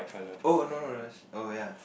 oh no no oh ya